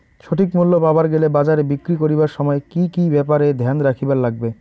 সঠিক মূল্য পাবার গেলে বাজারে বিক্রি করিবার সময় কি কি ব্যাপার এ ধ্যান রাখিবার লাগবে?